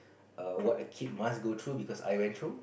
err what a kid must go through because I went through